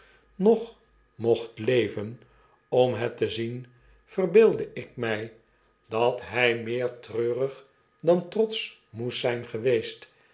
nog mocht leven om het te zien verbeeldde ik my dat hy meer treurig dan trotsch moest zijn geweest